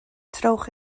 trowch